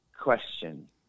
question